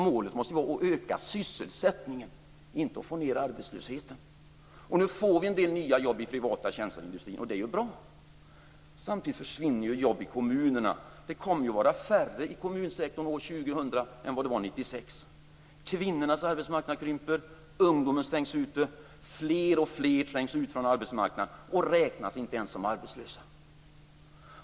Målet måste vara att öka sysselsättningen, inte att få ned arbetslösheten. Nu får vi en del nya jobb i den privata tjänstesektorn, och det är ju bra. Men samtidigt försvinner ju jobb i kommunerna. Det kommer ju att vara färre anställda i kommunsektorn år 2000 än vad det var 1996. Kvinnornas arbetsmarknad krymper, ungdomen stängs ute och fler och fler trängs ut från arbetsmarknaden och räknas inte ens som arbetslösa.